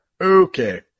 Okay